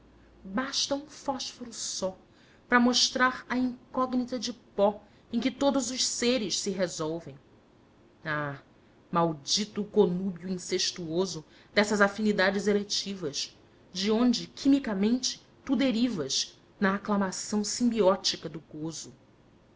um fósforo só para mostrar a incógnita de pó em que todos os seres se resolvem ah maldito o conúbio incestuoso dessas afinidades eletivas de onde quimicamente tu derivas na aclamação simbiótica do